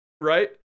Right